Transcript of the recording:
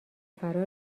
فرا